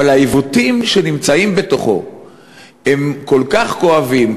אבל העיוותים שנמצאים בתוכו הם כל כך כואבים,